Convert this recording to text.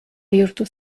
bihurtu